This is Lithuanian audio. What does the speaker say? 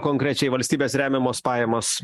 konkrečiai valstybės remiamos pajamos